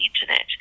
internet